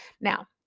Now